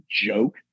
joke